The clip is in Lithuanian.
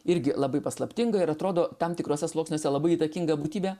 irgi labai paslaptinga ir atrodo tam tikruose sluoksniuose labai įtakinga būtybė